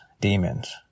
demons